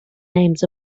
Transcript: names